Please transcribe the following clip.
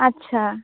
আচ্ছা